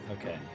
Okay